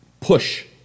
push